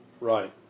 right